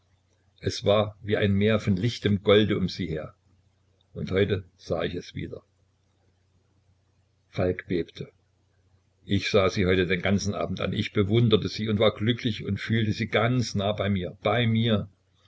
es war wie ein meer von lichtem golde um sie her und heute sah ich es wieder falk bebte ich sah sie heut den ganzen abend an ich bewunderte sie und war glücklich und fühlte sie ganz nah bei mir bei mir